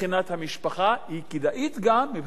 היא כדאית גם מבחינת הרשות המקומית,